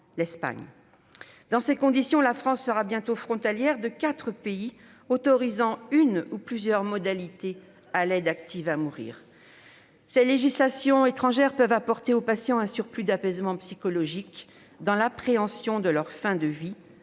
ce droit. Dans ces conditions, la France sera bientôt frontalière de quatre pays autorisant une ou plusieurs modalités de l'aide active à mourir. Ces législations étrangères peuvent apporter aux patients un surplus d'apaisement psychologique dans l'appréhension de leur fin de vie,